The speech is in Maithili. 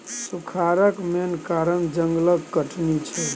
सुखारक मेन कारण जंगलक कटनी छै